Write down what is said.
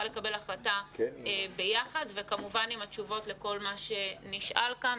לקבל החלטה ביחד וכמובן לבוא עם התשובות לכל מה שנשאל כאן.